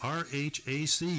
rhac